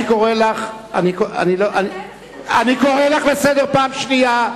אני קורא לך לסדר פעם שנייה.